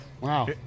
wow